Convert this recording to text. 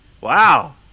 Wow